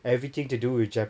everything to do with jap~